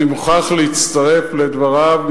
אני מוכרח להצטרף לדבריו,